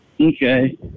Okay